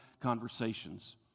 conversations